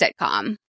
sitcom